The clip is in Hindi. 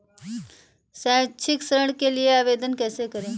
शैक्षिक ऋण के लिए आवेदन कैसे करें?